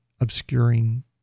obscuring